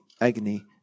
agony